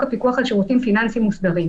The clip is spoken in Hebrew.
הפיקוח על שירותים פיננסיים מוסדרים".